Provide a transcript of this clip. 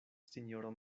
sinjoro